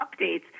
updates